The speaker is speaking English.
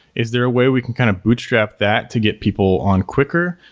is there a way we can kind of bootstrap that to get people on quicker?